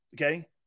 Okay